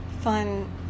fun